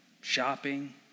shopping